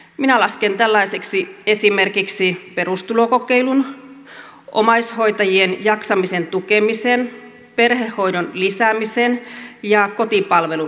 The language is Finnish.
minä lasken tällaisiksi esimerkiksi perustulokokeilun omaishoitajien jaksamisen tukemisen perhehoidon lisäämisen ja kotipalvelun lisäämisen